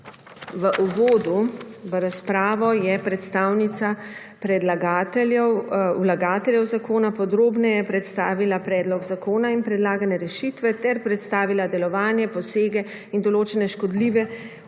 V uvodu v razpravo je predstavnica predlagateljev podrobneje predstavila predlog zakona in predlagane rešitve ter predstavila delovanje, posege in določene škodljive ukrepe